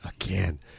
again